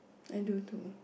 I do too